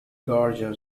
guardian